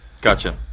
Gotcha